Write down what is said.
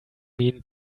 mean